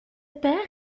père